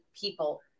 people